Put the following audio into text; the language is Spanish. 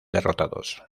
derrotados